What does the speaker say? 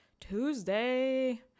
Tuesday